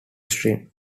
stream